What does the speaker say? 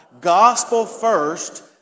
gospel-first